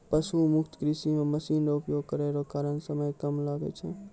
पशु मुक्त कृषि मे मशीन रो उपयोग करै रो कारण समय कम लागै छै